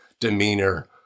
demeanor